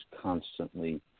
constantly